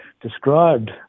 described